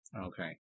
okay